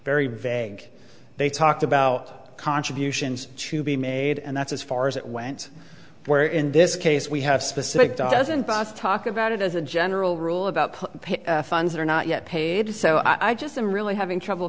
very vague they talked about contributions to be made and that's as far as it went where in this case we have specific doesn't talk about it as a general rule about funds that are not yet paid so i just i'm really having trouble